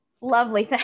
lovely